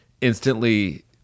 instantly